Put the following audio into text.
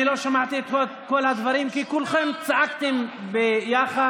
אני לא שמעתי את כל הדברים כי כולכם צעקתם ביחד.